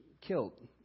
killed